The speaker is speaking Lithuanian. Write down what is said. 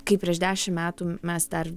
kai prieš dešim metų mes dar